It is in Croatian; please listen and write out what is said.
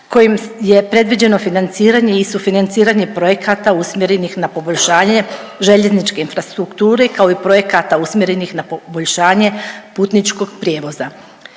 kojim je predviđeno financiranje i sufinanciranje projekata usmjerenih na poboljšanje željezničke infrastrukture, kao i projekata usmjerenih na poboljšanje putničkog prijevoza.